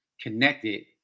connected